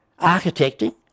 Architecting